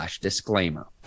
disclaimer